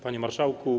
Panie Marszałku!